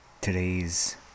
Today's